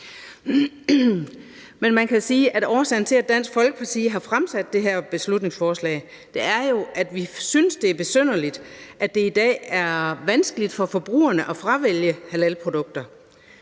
Men man kan sige, at årsagen til, at Dansk Folkeparti har fremsat det her beslutningsforslag, jo er, at vi synes, det er besynderligt, at det i dag er vanskeligt for forbrugerne at fravælge halalprodukter.